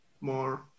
more